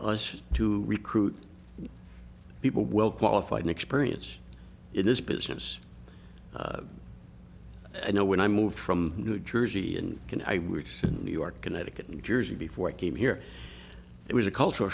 us to recruit people well qualified experience in this business i know when i moved from new jersey and can i recent new york connecticut new jersey before i came here it was a culture